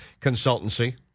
Consultancy